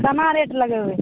केना रेट लगेबय